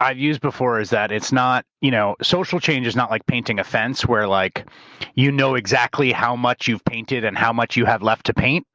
i've used before is that it's not, you know social change is not like painting a fence where like you know exactly how much you've painted and how much you have left to paint.